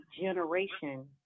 generation